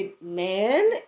Man